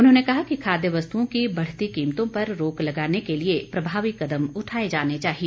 उन्होंने कहा कि खाद्य वस्तुओं की बढ़ती कीमतों पर रोक लगाने के लिए प्रभावी कदम उठाए जाने चाहिए